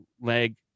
leg